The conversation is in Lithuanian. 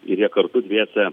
ir jie kartu dviese